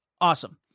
Awesome